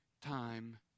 time